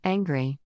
Angry